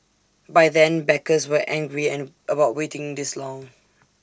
by then backers were angry and about waiting this long